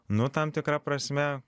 nu tam tikra prasme